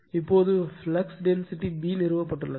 இப்போது flux density B நிறுவப்பட்டுள்ளது